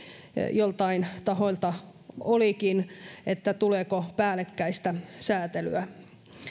joiltain tahoilta olikin vähän duubioita siitä tuleeko päällekkäistä säätelyä